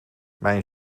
mijn